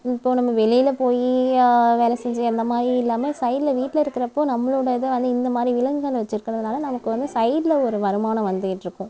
இப்போது நம்ம வெளியில் போய் வேலை செஞ்சு அந்த மாதிரி இல்லாமல் சைடில் வீட்டில் இருக்கிறப்போ நம்மளோடய இதை வந்து இந்த மாதிரி விலங்குகள் வச்சிருக்கறதுனால நமக்கு வந்து சைடில் ஒரு வருமானம் வந்துக்கிட்டுருக்கும்